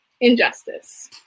injustice